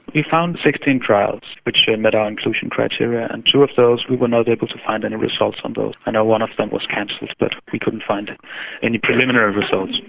we found sixteen trials which yeah met our inclusion criteria, and two of those we were not able to find any results on those. and one of them was cancelled but we couldn't find any preliminary results.